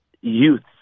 youths